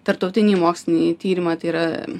tarptautinį mokslinį tyrimą tai yra